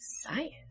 science